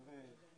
תראה,